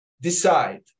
decide